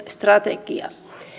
strategian